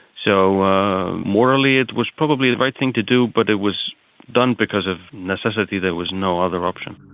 so morally it was probably the right thing to do but it was done because of necessity, there was no other option.